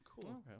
Cool